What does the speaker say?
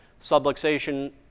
subluxation